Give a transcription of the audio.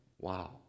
Wow